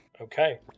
Okay